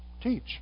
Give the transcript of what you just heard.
teach